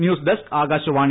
news desk Akashvani